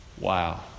Wow